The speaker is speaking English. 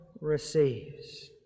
receives